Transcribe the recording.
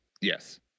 Yes